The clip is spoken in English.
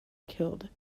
killed